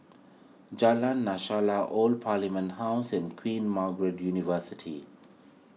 Jalan Lashala Old Parliament House and Queen Margaret University